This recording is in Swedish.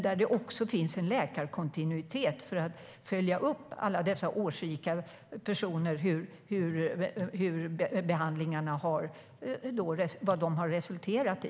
Där finns också en läkarkontinuitet för att man ska kunna följa upp alla dessa årsrika personer och se vad behandlingarna har resulterat i.